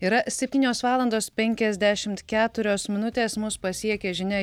yra septynios valandos penkiasdešimt keturios minutės mus pasiekė žinia